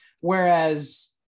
whereas